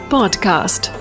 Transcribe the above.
Podcast